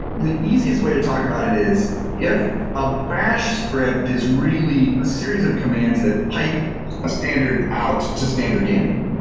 the easiest way to talk about it is if a batch script is really a series of commands the pipe a standard out to standard in,